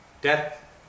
Death